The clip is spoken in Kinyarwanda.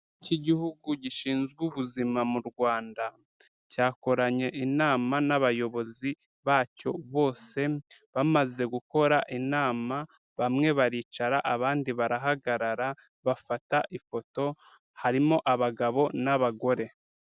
Cy'igihugu gishinzwe ubuzima mu Rwanda, cyakoranye inama n'abayobozi bacyo bose, bamaze gukora inama bamwe baricara abandi barahagarara, bafata ifoto harimo abagabo n'abagore.